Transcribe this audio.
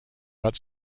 but